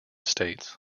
states